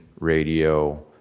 radio